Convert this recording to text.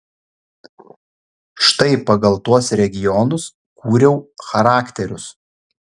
štai pagal tuos regionus kūriau charakterius